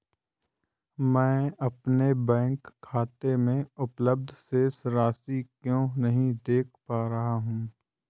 मैं अपने बैंक खाते में उपलब्ध शेष राशि क्यो नहीं देख पा रहा हूँ?